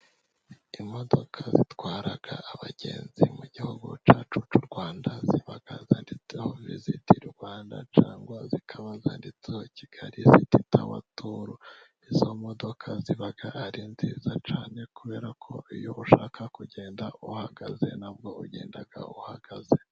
Imodoka zitwara abagenzi mu gihugu cyacu cy'u Rwanda ziba zanditseho viziti Rwanda cyangwa zikaba zanditseho Kigali siti tuwa, izo modoka ziba ari nziza cyane kubera ko iyo ushaka kugenda uhagaze ntabwo ugenda uhagaze.